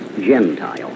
Gentile